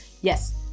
Yes